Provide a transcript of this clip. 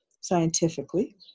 scientifically